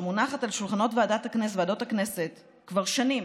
שמונחת על שולחנות ועדות הכנסת כבר שנים,